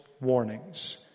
warnings